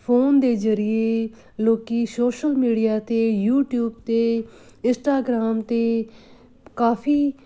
phone ਦੇ ਜ਼ਰੀਏ ਲੋਕ ਸੋਸ਼ਲ ਮੀਡੀਆ 'ਤੇ ਯੂਟੀਊਬ 'ਤੇ ਇੰਸਟਾਗ੍ਰਾਮ 'ਤੇ ਕਾਫੀ